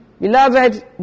Beloved